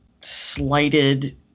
slighted